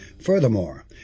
Furthermore